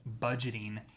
budgeting